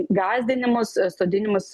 gąsdinimus sodinimus